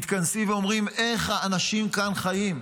מתכנסים ואומרים: איך האנשים כאן חיים?